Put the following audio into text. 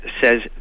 says